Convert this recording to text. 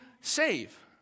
save